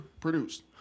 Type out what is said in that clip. produced